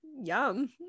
yum